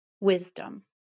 wisdom